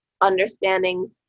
understanding